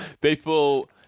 People